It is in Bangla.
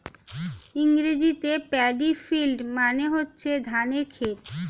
ইংরেজিতে প্যাডি ফিল্ড মানে হচ্ছে ধানের ক্ষেত